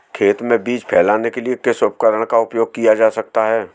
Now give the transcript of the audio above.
खेत में बीज फैलाने के लिए किस उपकरण का उपयोग किया जा सकता है?